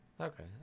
Okay